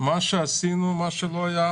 אלו אנשים --- למה אין מענקי החזרה לעבודה?